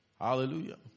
hallelujah